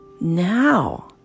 Now